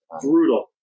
brutal